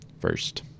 first